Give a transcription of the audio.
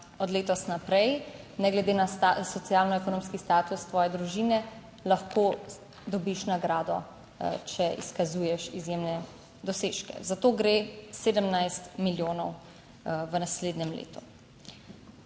od letos naprej, ne glede na socialno ekonomski status tvoje družine lahko dobiš nagrado, če izkazuješ izjemne dosežke, za to gre 17 milijonov v naslednjem letu.